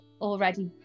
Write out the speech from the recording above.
already